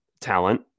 talent